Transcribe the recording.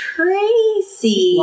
Tracy